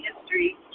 history